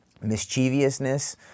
mischievousness